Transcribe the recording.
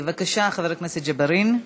בבקשה, חבר הכנסת ג'בארין.